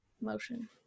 motion